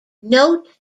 note